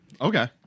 Okay